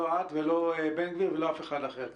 לא את ולא בן גביר ולא אף אחד אחר כאן.